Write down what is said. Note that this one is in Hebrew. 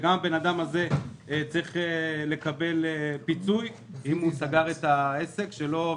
גם האדם הזה צריך לקבל פיצוי אם הוא סגר את העסק שלו.